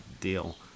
deal